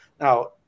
now